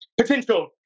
Potential